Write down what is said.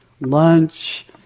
lunch